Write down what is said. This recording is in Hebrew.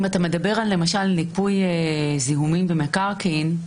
אם אתה מדבר למשל על מיפוי זיהומים במקרקעין,